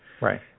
Right